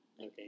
Okay